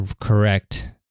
correct